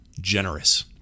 generous